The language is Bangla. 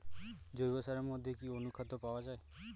জৈব সারের মধ্যে কি অনুখাদ্য পাওয়া যায়?